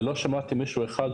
ולא שמעתי מישהו אחד אומר,